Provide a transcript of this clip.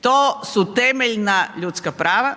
To su temeljna ljudska prava